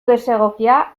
desegokia